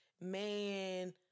man